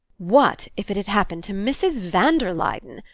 what if it had happened to mrs. van der luyden?